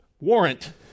Warrant